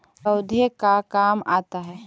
पौधे का काम आता है?